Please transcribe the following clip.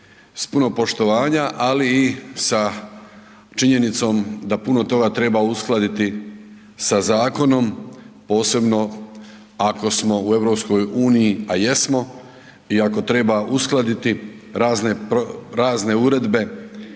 s puno poštovanja, ali i sa činjenicom da puno toga treba uskladiti sa zakonom, posebno ako smo u EU, a jesmo i ako treba uskladiti razne uredbe